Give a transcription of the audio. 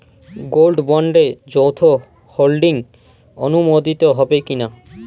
Gold বন্ডে যৌথ holding অনুমোদিত হবে কিনা?